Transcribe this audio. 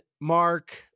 Mark